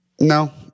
No